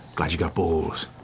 glad you got balls,